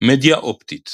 מדיה אופטית